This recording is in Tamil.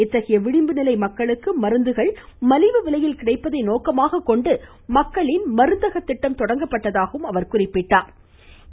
இத்தகைய விளிம்புநிலை மக்களுக்கு மருந்துகள் மலிவு விலையில் கிடைப்பதை நோக்கமாக்க கொண்டு மருந்தக திட்டம் தொடங்கப்பட்டதாகவும் குறிப்பிட்டாள்